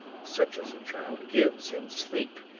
such as a child gives in sleep,